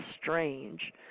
strange